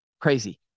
Crazy